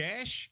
cash